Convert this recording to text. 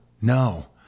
No